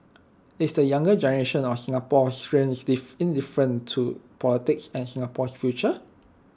is the younger generation of Singaporeans diff indifferent towards politics and Singapore's future